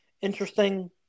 interesting